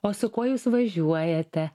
o su kuo jūs važiuojate